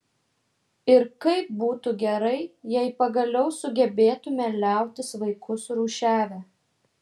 ir kaip būtų gerai jei pagaliau sugebėtume liautis vaikus rūšiavę